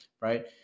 Right